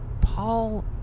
paul